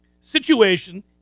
situation